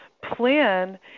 plan